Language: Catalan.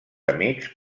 amics